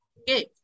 Okay